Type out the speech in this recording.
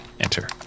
Enter